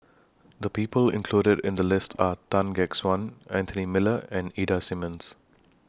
The People included in The list Are Tan Gek Suan Anthony Miller and Ida Simmons